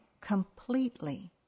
completely